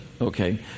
okay